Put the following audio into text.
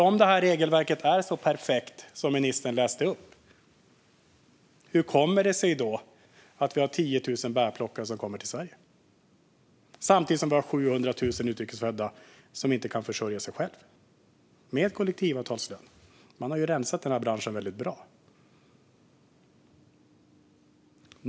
Om regelverket som ministern läste upp är så perfekt, hur kommer det sig då att vi har 10 000 bärplockare som kommer till Sverige samtidigt som vi har 700 000 utrikes födda som inte kan försörja sig själva med kollektivavtalslön? Man har ju rensat den här branschen väldigt bra.